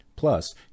Plus